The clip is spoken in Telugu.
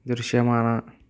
దృశ్యమాన